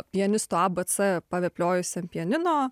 pianisto abc pavepliojus an pianino